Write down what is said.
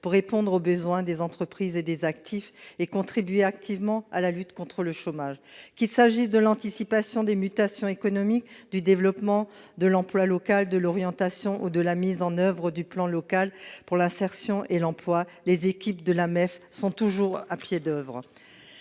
pour répondre aux besoins des entreprises et des actifs et contribuer à la lutte contre le chômage. Qu'il s'agisse de l'anticipation des mutations économiques, du développement de l'emploi local, de l'orientation ou de la mise en oeuvre du plan local pour l'insertion et l'emploi, ou PLIE, les équipes sont toujours à pied d'oeuvre.